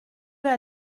vais